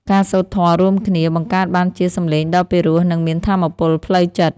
ការសូត្រធម៌រួមគ្នា បង្កើតបានជាសម្លេងដ៏ពិរោះ និងមានថាមពលផ្លូវចិត្ត។